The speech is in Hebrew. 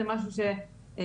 זה משהו שנעשה,